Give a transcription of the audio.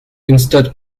instead